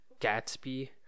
Gatsby